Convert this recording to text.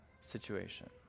situation